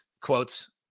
quotes